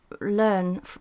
learn